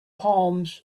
palms